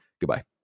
goodbye